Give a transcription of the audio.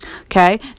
Okay